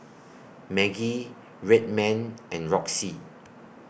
Maggi Red Man and Roxy